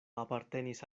apartenis